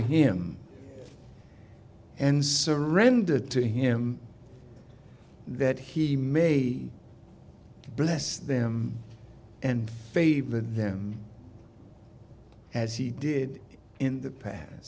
him and surrender to him that he may bless them and favor them as he did in the past